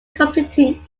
completing